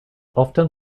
often